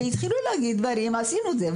שהתחילו להגיד דברים: "עשינו זה,